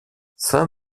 saint